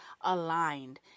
aligned